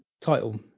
title